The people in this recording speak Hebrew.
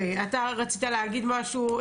דוד, רצית להגיד משהו?